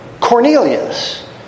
Cornelius